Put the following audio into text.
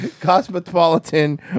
cosmopolitan